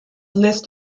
list